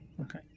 Okay